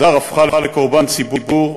הדר הפכה לקורבן ציבור,